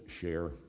share